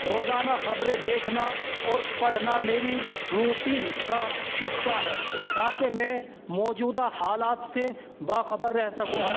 روزانہ خبریں دیکھنا اور پڑھنا میری روٹین کا حصہ ہے تاکہ میں موجود حالات سے باخبر رہ سکوں